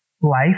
life